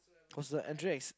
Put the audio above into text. cause the entrance is